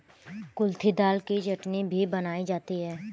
कुल्थी दाल की चटनी भी बनाई जाती है